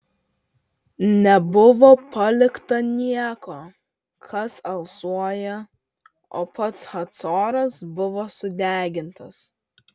nebuvo palikta nieko kas alsuoja o pats hacoras buvo sudegintas